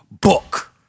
book